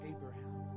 Abraham